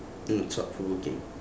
mm thought provoking